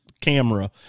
Camera